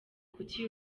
kuki